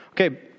Okay